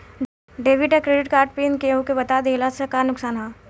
Debit या credit card PIN केहूके बता दिहला से का नुकसान ह?